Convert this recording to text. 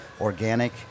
organic